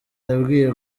yambwiye